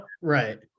right